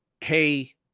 Hey